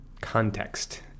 context